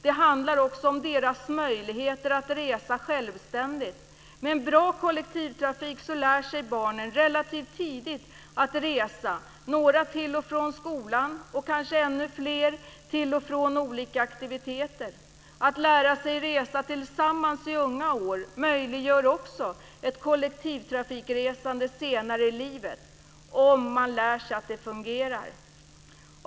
Det handlar också om deras möjligheter att resa självständigt. Med en bra kollektivtrafik lär sig barnen relativt tidigt att resa, några till och från skolan och kanske ännu fler till och från olika aktiviteter. Att lära sig resa tillsammans i unga år möjliggör också ett kollektivtrafikresande senare i livet, om man lär sig att det fungerar.